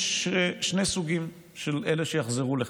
יש שני סוגים של אלה שיחזרו לכאן: